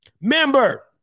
member